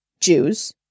Jews